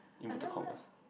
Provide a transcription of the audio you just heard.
inverted commas